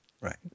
Right